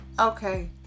Okay